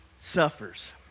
suffers